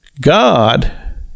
God